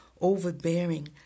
overbearing